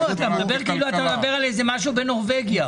אתה מדבר כאילו על איזה משהו בנורבגיה.